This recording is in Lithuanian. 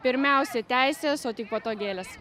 pirmiausia teisės o tik po to gėles